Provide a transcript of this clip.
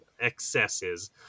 excesses